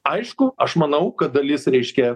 aišku aš manau kad dalis reiškia